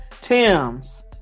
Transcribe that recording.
Tims